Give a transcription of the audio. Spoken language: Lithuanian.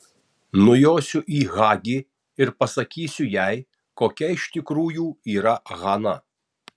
nujosiu į hagi ir pasakysiu jai kokia iš tikrųjų yra hana